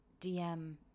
DM